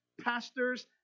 Pastors